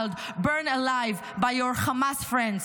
burned alive by your Hamas friends.